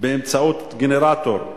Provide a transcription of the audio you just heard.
באמצעות גנרטור.